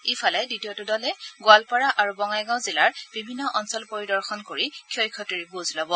ইফালে দ্বিতীয়টো দলে গোৱালপাৰা আৰু বঙাইগাঁও জিলাৰ বিভিন্ন অঞ্চল পৰিদৰ্শন কৰি ক্ষয় ক্ষতিৰ বুজ লব